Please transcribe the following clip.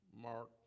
Mark